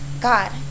god